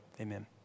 amen